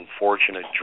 unfortunate